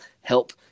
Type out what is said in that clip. help